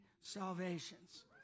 salvations